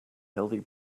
healthy